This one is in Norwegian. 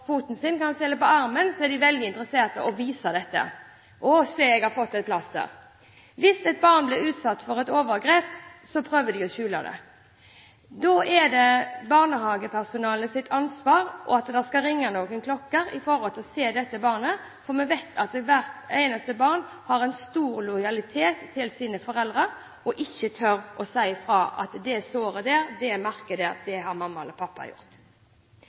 Hvis et barn blir utsatt for et overgrep, prøver de å skjule det. Da er det barnehagepersonalets ansvar – det skal ringe noen klokker – for å se dette barnet, for vi vet at hvert eneste barn har en stor lojalitet overfor sine foreldre, og de tør ikke si fra at det såret, det merket, har mamma eller pappa forårsaket. Det er noe av det som er viktig når det gjelder å se disse barna. Så til det man kan gjøre. Som også statsråden var inne på, er det slik at når det